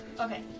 Okay